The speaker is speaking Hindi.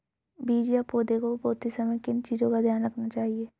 बीज या पौधे को बोते समय किन चीज़ों का ध्यान रखना चाहिए?